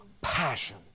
passion